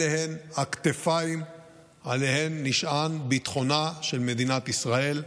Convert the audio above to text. אלה הן הכתפיים שעליהן נשען ביטחונה של מדינת ישראל.